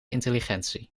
intelligentie